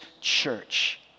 church